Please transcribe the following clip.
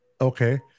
Okay